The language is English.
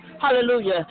Hallelujah